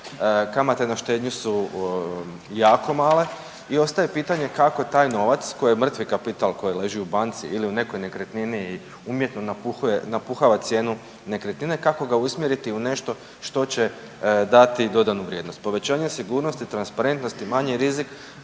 kamate na štednju su jako male i ostaje pitanje kako taj novac koji je mrtvi kapital, koji leži u banci ili u nekoj nekretnini umjetno napuhava cijenu nekretnine, kako ga usmjeriti u nešto što će dati dodanu vrijednost. Povećanje sigurnosti, transparentnosti, manji rizik